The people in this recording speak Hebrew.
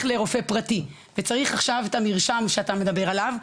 לרופא פרטי וצריך עכשיו את המרשם שאתה מדבר עליו,